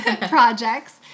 projects